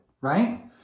right